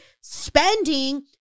spending